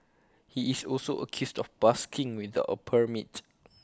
he is also accused of busking without A permit